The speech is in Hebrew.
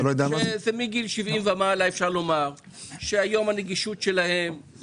אפשר לומר שמגיל 70 ומעלה הנגישות שלהם היום